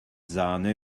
sahne